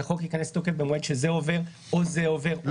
שהחוק ייכנס לתוקף במועד שזה עובר או זה עובר או זה עובר.